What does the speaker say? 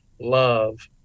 love